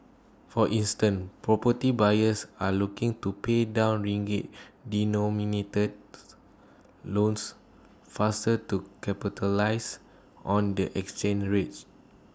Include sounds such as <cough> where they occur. for instance property buyers are looking to pay down ringgit denominated <noise> loans faster to capitalise on the exchange rates